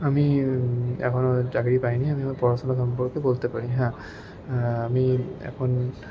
আমি এখনও চাকরি পাইনি আমি আমার পড়াশুনোর সম্পর্কে বলতে পারি হ্যাঁ আমি এখন